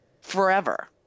forever